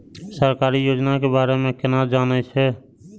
सरकारी योजना के बारे में केना जान से?